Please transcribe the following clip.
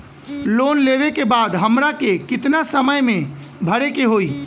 Loan लेवे के बाद हमरा के कितना समय मे भरे के होई?